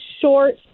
short